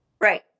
Right